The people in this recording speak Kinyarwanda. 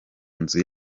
nzu